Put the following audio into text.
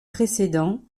précédent